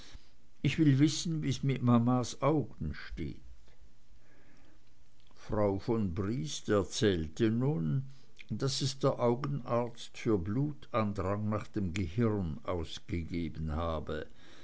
ich will wissen wie's mit mamas augen steht frau von briest erzählte nun daß es der augenarzt für blutandrang nach dem gehirn ausgegeben habe